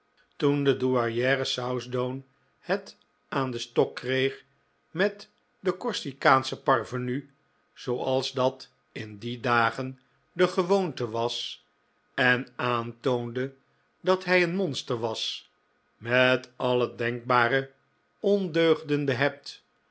toen de douairiere southdown het aan den stok kreeg met den corsikaanschen parvenu zooals dat in die dagen de gewoonte was en aantoonde dat hij een monster was met alle denkbare ondeugden